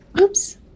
Oops